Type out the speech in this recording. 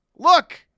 Look